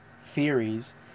theories